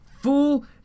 Fool